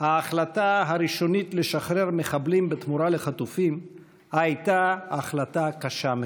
ההחלטה הראשונית לשחרר מחבלים בתמורה לחטופים הייתה החלטה קשה מאוד.